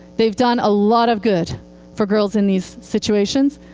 they've done a lot of good for girls in these situations,